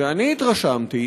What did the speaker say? ואני התרשמתי